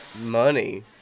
money